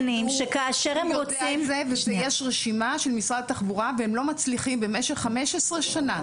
הוא יודע על זה ושיש רשימה של משרד התחבורה והם לא מצליחים במשך 15 שנה,